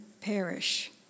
perish